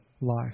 life